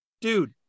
dude